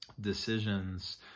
decisions